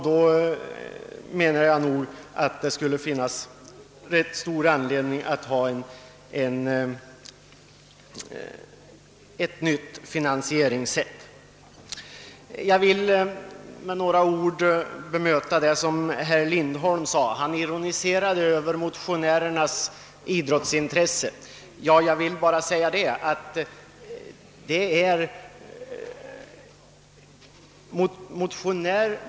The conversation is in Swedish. Då finns det nog också anledning att införa ett nytt finansieringssätt. Jag vill också med några ord bemöta det som herr Lindholm sade. Han ironiserade över motionärernas idrottsintresse.